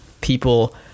people